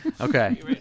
Okay